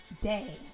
day